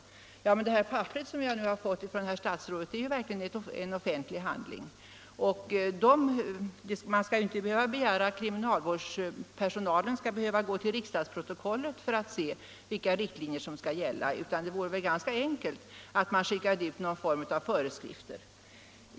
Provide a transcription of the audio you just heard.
Men det papper jag fått från justitieministern är verkligen en offentlig handling. Man kan inte begära att kriminalvårdsstyrelsens personal skall gå till riksdagsprotokollet för att se vilka riktlinjer som skall gälla, utan det vore ganska enkelt att skicka ut någon form av föreskrifter.